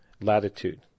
latitude